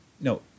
No